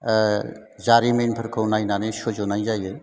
ओह जारिमिनफोरखौ नायनानै सुजुनाय जायो